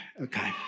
okay